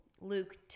Luke